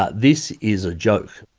ah this is a joke.